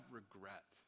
regret